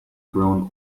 grown